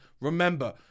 remember